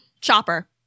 Chopper